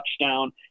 touchdown